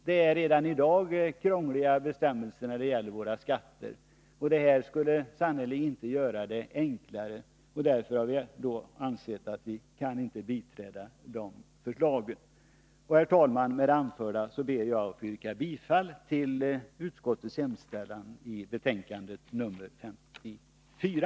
Det är redan i dag krångliga bestämmelser när det gäller våra skatter, och det här skulle sannerligen inte göra det enklare. Därför har vi ansett att vi inte kan biträda förslagen. Herr talman! Med det anförda ber jag att få yrka bifall till utskottets hemställan i betänkande 54.